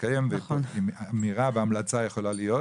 להתקיים ואמירה והמלצה יכולה להיות.